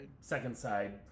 second-side